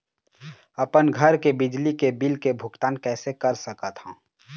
अपन घर के बिजली के बिल के भुगतान कैसे कर सकत हव?